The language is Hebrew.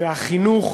והחינוך